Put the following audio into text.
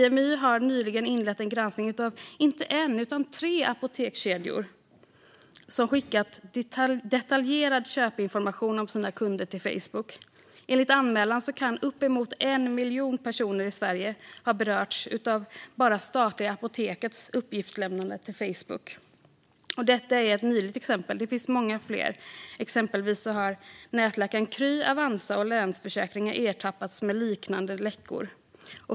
Imy har nyligen inlett en granskning av inte en utan tre apotekskedjor som skickat detaljerad köpinformation om sina kunder till Facebook. Enligt anmälan kan uppemot 1 miljon personer i Sverige ha berörts bara av statliga Apotekets uppgiftslämnande till Facebook. Detta är bara ett nyligt exempel, och det finns många fler. Exempelvis har nätläkaren Kry, Avanza och Länsförsäkringar ertappats med liknande läckor.